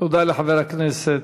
תודה לחבר הכנסת